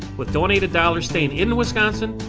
with donated dollars staying in wisconsin,